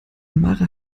mara